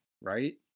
right